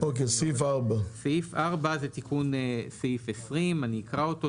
סעיף 4. סעיף 4 זה תיקון סעיף 21. אני אקרא אותו.